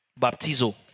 Baptizo